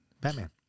batman